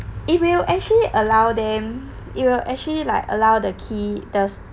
it will actually allow them it will actually like allow the kids does